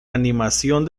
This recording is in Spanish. animación